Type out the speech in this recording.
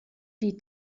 die